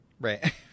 Right